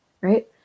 right